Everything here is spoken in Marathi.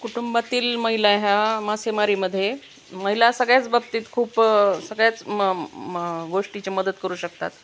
कुटुंबातील महिला ह्या मासेमारीमध्ये महिला सगळ्याच बाबतीत खूप सगळ्याच म म गोष्टीची मदत करू शकतात